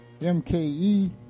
MKE